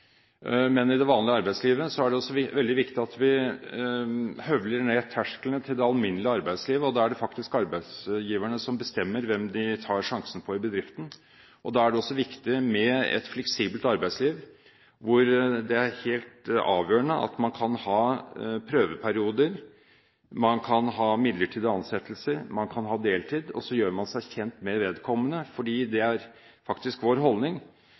men i det vanlige arbeidslivet. Så det er også veldig viktig at vi høvler ned tersklene til det alminnelige arbeidsliv. Da er det faktisk arbeidsgiverne som bestemmer hvem de tar sjansen på i bedriften. Da er det også viktig med et fleksibelt arbeidsliv, hvor det er helt avgjørende at man kan ha prøveperioder, midlertidige ansettelser, deltid og så gjør man seg kjent med vedkommende. Det er faktisk vår holdning